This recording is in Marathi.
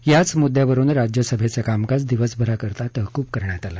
याच मुद्दयांवरून राज्यसभेचं कामकाज दिवसभरासाठी तहकूब करण्यात आलं